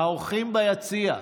האורחים ביציע,